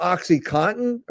Oxycontin